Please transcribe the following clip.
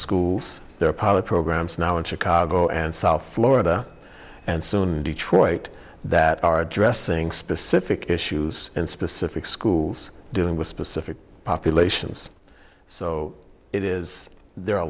schools there are pilot programs now in chicago and south florida and soon detroit that are addressing specific issues and specific schools dealing with specific populations so it is there a